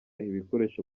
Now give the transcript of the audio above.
ibikoresho